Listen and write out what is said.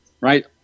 right